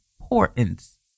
importance